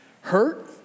Hurt